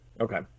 Okay